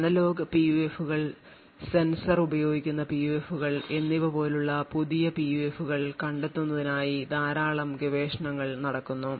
analogue പിയുഎഫുകൾ sensor ഉപയോഗിക്കുന്ന പിയുഎഫുകൾ എന്നിവപോലുള്ള പുതിയ PUF കൾ കണ്ടെത്തുന്നതിനായി ധാരാളം ഗവേഷണങ്ങൾ നടക്കുന്നു